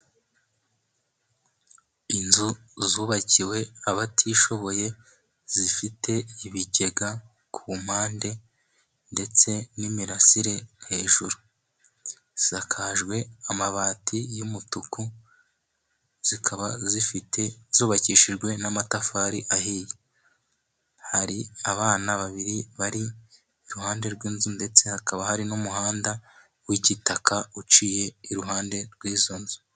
Inzu zubakiwe abatishoboye ,zifite ibigega ku mpande, ndetse n'imirasire hejuru ,zisakajwe amabati y'umutuku ,zikaba zubakishijwe n'amatafari ahiye, hari abana babiri bari iruhande rw'inzu ,ndetse hakaba hari n'umuhanda w'igitaka, uciye iruhande rw'izo nzu.